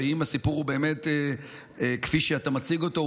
ואם הסיפור הוא באמת כפי שאתה מציג אותו,